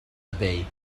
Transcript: abeille